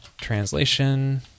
translation